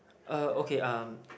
uh okay um